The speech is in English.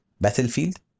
Battlefield